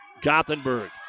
Gothenburg